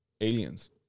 aliens